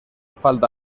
falta